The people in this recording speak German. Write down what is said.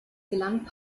gelang